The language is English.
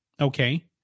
Okay